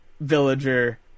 Villager